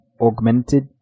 augmented